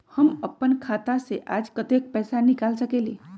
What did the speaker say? हम अपन खाता से आज कतेक पैसा निकाल सकेली?